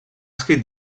escrit